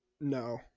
no